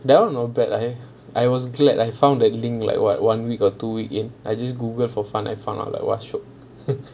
that one not bad ah I was glad I found the link like one week or two week I just googled for fun then I found out like !whoa! shiok